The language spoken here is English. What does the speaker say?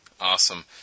Awesome